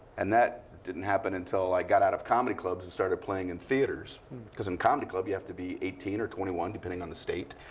and that didn't happen until i got out of comedy clubs and started playing in theaters because in comedy clubs, you have to be eighteen or twenty one, depending on the state.